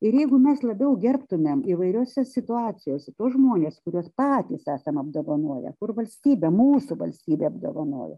ir jeigu mes labiau gerbtumėm įvairiose situacijose tuos žmones kuriuos patys esam apdovanoję kur valstybė mūsų valstybė apdovanojo